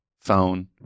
phone